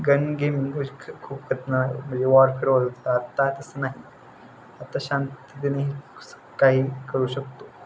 gun gaming खूप म्हणजे होत होता आत्ता तसं नाही आता शांततेने काही करू शकतो